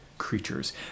creatures